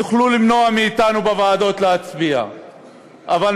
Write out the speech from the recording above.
תוכלו למנוע מאתנו להצביע בוועדות,